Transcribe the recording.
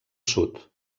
sud